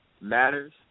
matters